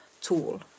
tool